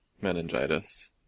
meningitis